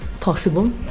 possible